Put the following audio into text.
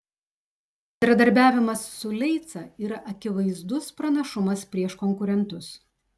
bendradarbiavimas su leica yra akivaizdus pranašumas prieš konkurentus